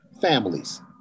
Families